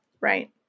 Right